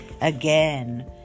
again